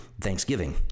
Thanksgiving